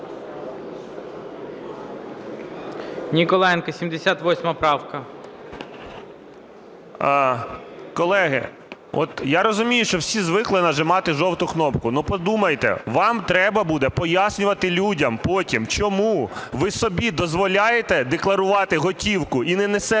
НІКОЛАЄНКО А.І. Колеги, я розумію, що всі звикли нажимати жовту кнопку. Подумайте, вам треба буде пояснювати людям потім, чому ви собі дозволяєте декларувати готівку і не несете